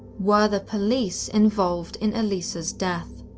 were the police involved in elisa's death?